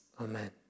Amen